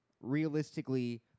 realistically